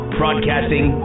broadcasting